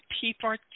people